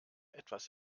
etwas